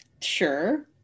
Sure